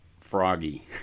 froggy